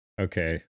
okay